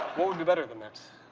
what would be better than this?